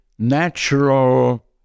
Natural